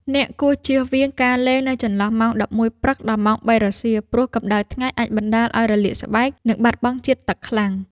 អ្នកគួរជៀសវាងការលេងនៅចន្លោះម៉ោង ១១ ព្រឹក ដល់ម៉ោង ៣ រសៀល ព្រោះកម្ដៅថ្ងៃអាចបណ្ដាលឱ្យរលាកស្បែក និងបាត់បង់ជាតិទឹកខ្លាំង។